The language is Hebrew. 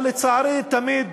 אבל, לצערי, תמיד